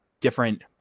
different